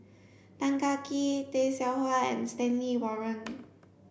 Tan Kah Kee Tay Seow Huah and Stanley Warren